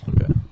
Okay